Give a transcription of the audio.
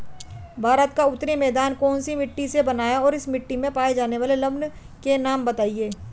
भारत का उत्तरी मैदान कौनसी मिट्टी से बना है और इस मिट्टी में पाए जाने वाले लवण के नाम बताइए?